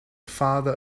father